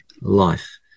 life